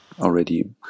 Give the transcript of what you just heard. already